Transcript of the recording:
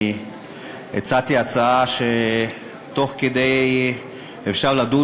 אני הצעתי הצעה שתוך כדי אפשר לדון